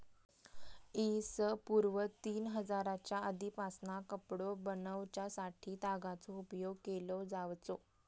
इ.स पूर्व तीन हजारच्या आदीपासना कपडो बनवच्यासाठी तागाचो उपयोग केलो जावचो